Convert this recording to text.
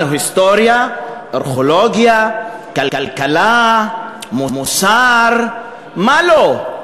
אותנו היסטוריה, כלכלה, מוסר, מה לא?